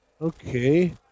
Okay